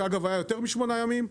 שאגב היה יותר משמונה ימים,